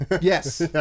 Yes